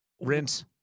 rinse